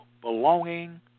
belonging